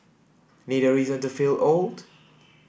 need a reason to feel old